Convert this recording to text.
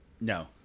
No